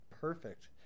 perfect